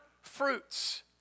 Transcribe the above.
fruits